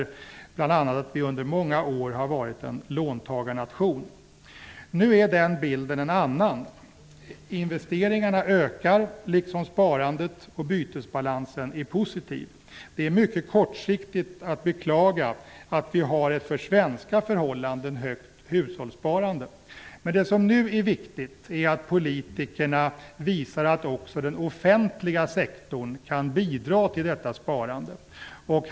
Vi har bl.a. under många år varit en låntagarnation. Nu är den bilden en annan. Investeringarna ökar liksom sparandet, och bytesbalansen är positiv. Det är mycket kortsiktigt att beklaga att vi har ett för svenska förhållanden högt hushållssparande. Det som nu är viktigt är att politikerna visar att också den offentliga sektorn kan bidra till detta sparande.